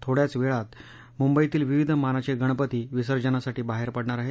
छोड्याच वेळात मुंबईतील विविध मानाचे गणपती विसर्जनासाठी बाहेर पडणार आहेत